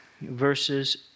verses